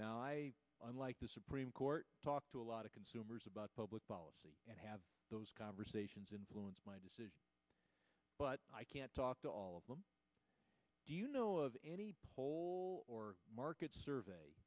now unlike the supreme court talk to a lot of consumers about public policy and have those conversations influence my decision but i can't talk to all of them do you know of any poll or market survey